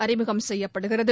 அறிமுகம் செய்யப்படுகிறது